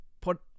put